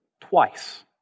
twice